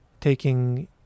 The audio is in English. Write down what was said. taking